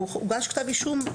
הוגש כתב אישום,